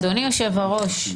אדוני היושב-ראש,